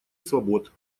свобод